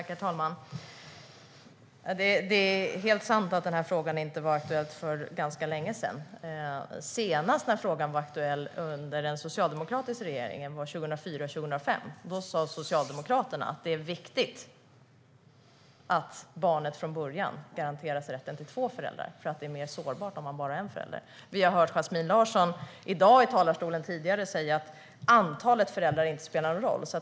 Herr talman! Det är helt sant att frågan inte var aktuell för ganska länge sedan. Senast frågan var aktuell var under en socialdemokratisk regering 2004-2005. Då sa Socialdemokraterna att det är viktigt att barnet från början garanteras rätten till två föräldrar eftersom man blir mer sårbar om man bara har en förälder. Tidigare i dag hörde vi Yasmine Larsson säga i talarstolen att antalet föräldrar inte spelar någon roll.